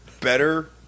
better